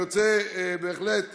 אני רוצה בהחלט